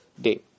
Day